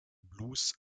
blues